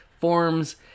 forms